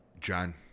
John